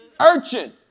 Urchin